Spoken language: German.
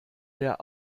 der